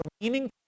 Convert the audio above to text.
meaning